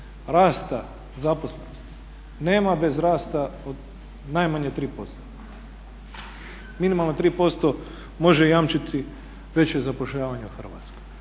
rasta zaposlenosti nema bez rasta od najmanje 3% Minimalno 3% može jamčiti veće zapošljavanje u Hrvatskoj.